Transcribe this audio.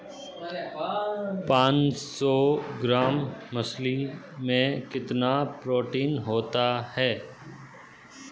पांच सौ ग्राम मछली में कितना प्रोटीन होता है?